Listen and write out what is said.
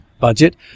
budget